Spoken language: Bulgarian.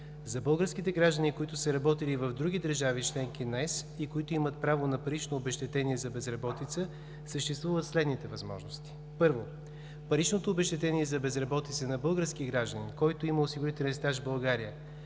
За българските граждани, които са работили в други държави – членки на ЕС, и които имат право на парично обезщетение за безработица, съществуват следните възможности. Първо, паричното обезщетение за безработица на български гражданин, който има осигурителен стаж в България,